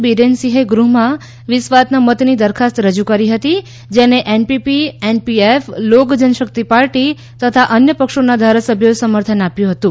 બિરેનસિંહે ગૃહમાં વિશ્વાસના મતની દરખાસ્ત રજૂ કરી હતી જેને NPP NPF Lok Janshakti party તથા અન્ય પક્ષોના ધારાસભ્યોએ સમર્થન આપ્યું હતું